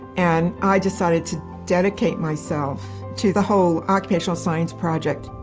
and i decided to dedicate myself to the whole occupational science project.